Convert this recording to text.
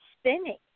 spinning